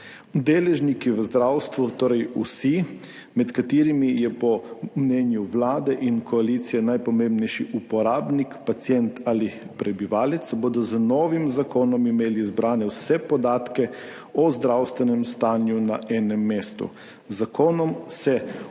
Deležniki v zdravstvu, torej vsi, med katerimi je po mnenju Vlade in koalicije najpomembnejši uporabnik pacient ali prebivalec, bodo z novim zakonom imeli zbrane vse podatke o zdravstvenem stanju na enem mestu. Z zakonom se vpeljuje